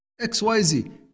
XYZ